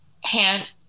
hand